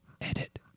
Edit